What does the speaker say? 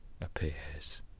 appears